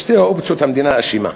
בשתי האופציות המדינה אשמה.